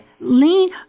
lean